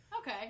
okay